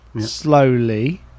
slowly